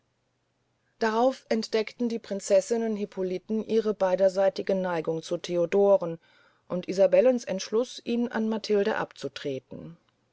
darauf entdeckten die prinzessinnen hippoliten ihre beiderseitige neigung zu theodoren und isabellens entschluß ihn an matilde abzutreten